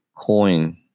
coin